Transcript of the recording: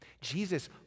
Jesus